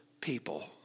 people